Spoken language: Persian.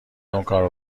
اونکارو